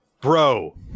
bro